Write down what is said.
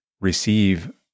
receive